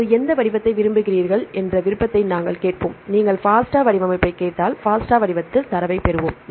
நீங்கள் எந்த வடிவத்தை விரும்புகிறீர்கள் என்ற விருப்பத்தை நாங்கள் கேட்போம் நீங்கள் FASTA வடிவமைப்பைக் கேட்டால் FASTA வடிவத்தில் தரவைப் பெறுவோம்